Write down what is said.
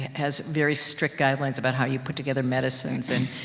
has very strict guidelines about how you put together medicines, and,